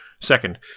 Second